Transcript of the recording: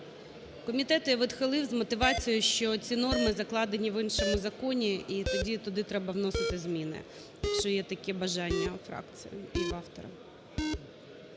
Комітет її відхилив з мотивацією, що ці норми закладені в іншому законі, і тоді туди треба вносити зміни, якщо є таке бажання у фракції і у автора.